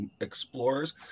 explorers